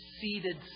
seated